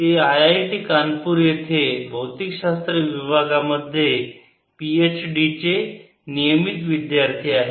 ते आयआयटी कानपूर येथे भौतिक शास्त्र विभागांमध्ये पी एच डी चे नियमित विद्यार्थी आहेत